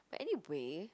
but anyway